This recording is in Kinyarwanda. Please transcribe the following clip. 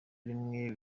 rimwe